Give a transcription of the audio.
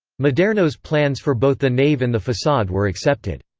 maderno's plans for both the nave and the facade were accepted.